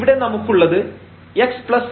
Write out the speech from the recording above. ഇവിടെ നമുക്കുള്ളത് xλ0